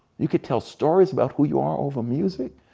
you could tell stories about who you are over music?